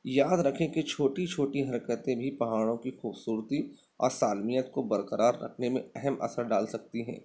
یاد رکھیں کہ چھوٹی چھوٹی حرکتیں بھی پہاڑوں کی خوبصورتی اور سالمیت کو براقرار رکھنے میں اہم اثر ڈال سکتی ہیں